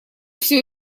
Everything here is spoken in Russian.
все